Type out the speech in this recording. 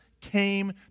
came